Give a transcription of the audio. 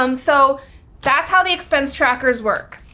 um so that's how the expense trackers work.